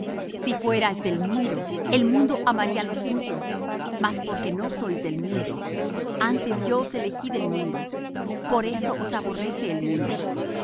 si fuerais del mundo el mundo amaría lo suyo mas porque no sois del mundo antes yo os elegí del mundo por eso os aborrece el mundo